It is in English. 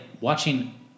watching